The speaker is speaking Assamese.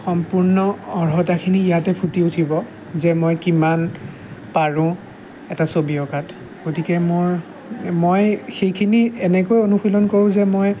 সম্পূৰ্ণ অৰ্হতাখিনি ইয়াতে ফুটি উঠিব যে মই কিমান পাৰোঁ এটা ছবি অঁকাত গতিকে মোৰ মই সেইখিনি এনেকৈ অনুশীলন কৰোঁ যে মই